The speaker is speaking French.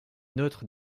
neutre